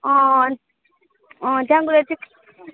अँ अँ अँ त्यहाँ गएर चाहिँ